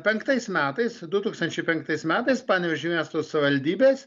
penktais metais du tūkstančiai penktais metais panevėžio miesto savivaldybės